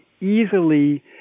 easily